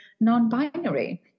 non-binary